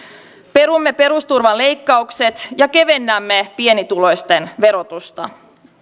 perumme perusturvan leikkaukset ja kevennämme pienituloisten verotusta